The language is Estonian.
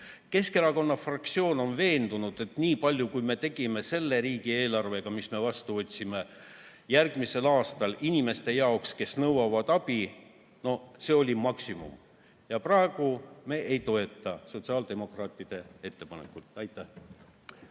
Keskerakonna fraktsioon on veendunud, et nii palju, kui me tegime selle riigieelarvega, mis me vastu võtsime järgmiseks aastaks inimeste jaoks, kes nõuavad abi, oli maksimum. Praegu me ei toeta sotsiaaldemokraatide ettepanekut. Aitäh!